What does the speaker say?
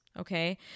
Okay